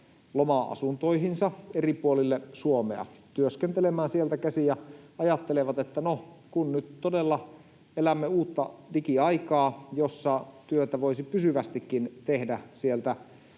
loma-asuntoihinsa eri puolille Suomea, työskentelemään sieltä käsin, ja ajattelevat, että no, nyt todella elämme uutta digiaikaa, jossa työtä voisi pysyvästikin tehdä sieltä